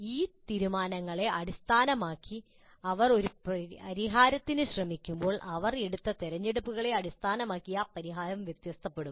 ഈ തീരുമാനങ്ങളെ അടിസ്ഥാനമാക്കി അവർ ഒരു പരിഹാരത്തിന് ശ്രമിക്കുമ്പോൾ അവർ എടുത്ത തിരഞ്ഞെടുപ്പുകളെ അടിസ്ഥാനമാക്കി ആ പരിഹാരം വ്യത്യാസപ്പെടും